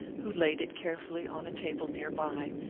who laid it carefully on a table near by,